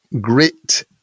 grit